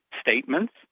statements